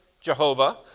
Jehovah